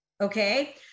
okay